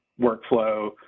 workflow